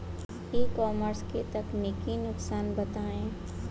ई commerce के तकनीकी नुकसान बताएं?